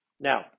Now